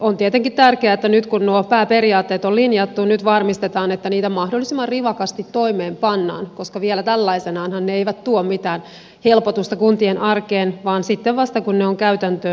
on tietenkin tärkeää että nyt kun nuo pääperiaatteet on linjattu varmistetaan että niitä mahdollisimman rivakasti toimeenpannaan koska vielä tällaisinaanhan ne eivät tuo mitään helpotusta kuntien arkeen vaan sitten vasta kun ne on käytäntöön tuotu